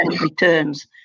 returns